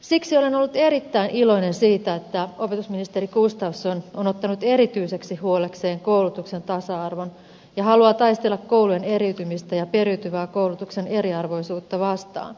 siksi olen ollut erittäin iloinen siitä että opetusministeri gustafsson on ottanut erityiseksi huolekseen koulutuksen tasa arvon ja haluaa taistella koulujen eriytymistä ja periytyvää koulutuksen eriarvoisuutta vastaan